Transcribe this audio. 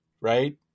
right